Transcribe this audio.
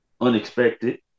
Unexpected